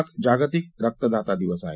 आज जागतिक रकदाता दिवस आहे